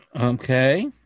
okay